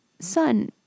Son